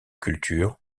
culture